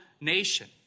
nation